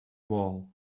wall